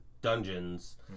dungeons